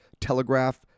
telegraph